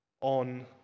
on